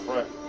Right